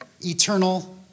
eternal